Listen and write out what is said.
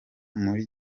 muri